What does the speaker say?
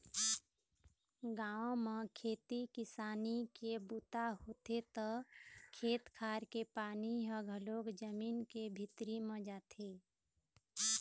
गाँव म खेती किसानी के बूता होथे त खेत खार के पानी ह घलोक जमीन के भीतरी म जाथे